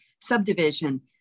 subdivision